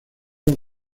los